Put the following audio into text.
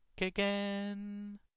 again